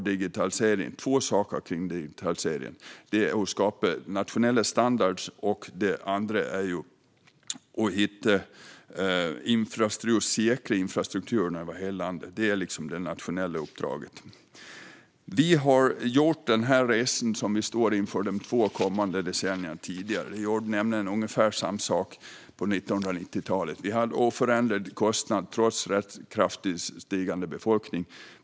Det behöver skapas nationella standarder, och infrastrukturen behöver säkras över hela landet. Det är det nationella uppdraget. Den resa som vi står inför under de två kommande decennierna har vi gjort tidigare. Vi gjorde nämligen ungefär samma sak på 1990-talet, då det var oförändrade kostnader trots en rätt kraftigt ökande befolkning.